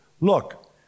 Look